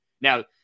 now